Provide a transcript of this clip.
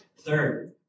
Third